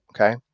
Okay